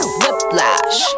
whiplash